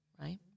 right